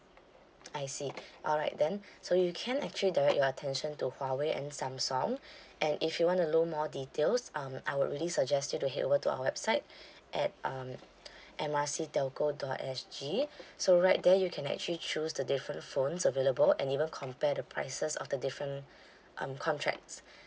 I see alright then so you can actually direct your attention to huawei and samsung and if you want to know more details um I will really suggest you to head over to our website at um M R C telco dot S G so right there you can actually choose the different phones available and even compare the prices of the different um contracts